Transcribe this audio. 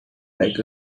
like